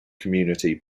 community